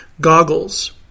Goggles